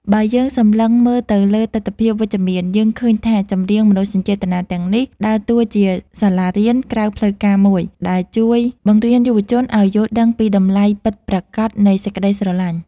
បើយើងសម្លឹងមើលទៅលើទិដ្ឋភាពវិជ្ជមាន យើងឃើញថាចម្រៀងមនោសញ្ចេតនាទាំងនេះ ដើរតួជាសាលារៀនក្រៅផ្លូវការមួយដែលជួយបង្រៀនយុវជនឱ្យយល់ដឹងពីតម្លៃពិតប្រាកដនៃសេចក្ដីស្រឡាញ់។